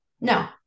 No